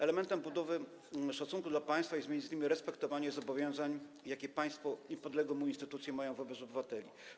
Elementem budowy szacunku dla państwa jest m.in. respektowanie zobowiązań, jakie państwo i podległe mu instytucje mają wobec obywateli.